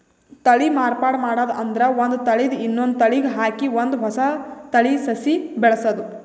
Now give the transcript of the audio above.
ತಳಿ ಮಾರ್ಪಾಡ್ ಮಾಡದ್ ಅಂದ್ರ ಒಂದ್ ತಳಿದ್ ಇನ್ನೊಂದ್ ತಳಿಗ್ ಹಾಕಿ ಒಂದ್ ಹೊಸ ತಳಿ ಸಸಿ ಬೆಳಸದು